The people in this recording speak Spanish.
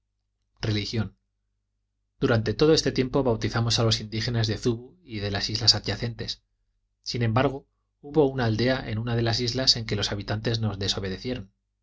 durante todo este tiempo bautizamos a los indígenas de zubu y de las islas adyacentes sin embargo hubo una aldea en una de las islas en que los habitantes nos desobedecieron